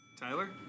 Tyler